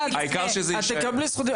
יפעת, את תקבלי זכות דיבור.